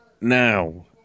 Now